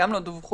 גם לא דווחו,